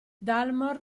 dalmor